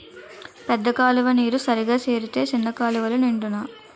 పెద్ద కాలువ నీరు సరిగా సేరితే సిన్న కాలువలు నిండునా